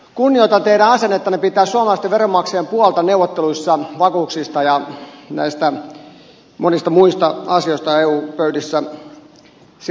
kunnioitan teidän asennettanne pitää suomalaisten veronmaksajien puolta neuvotteluissa vakuuksista sijoittajavastuusta ja näistä monista muista asioista eu pöydissä